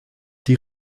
die